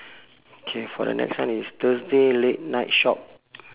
K for the next one is thursday late night shop